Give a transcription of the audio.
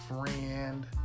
friend